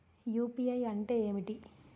UPI అంటే ఏమిటి?